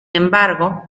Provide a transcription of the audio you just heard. embargo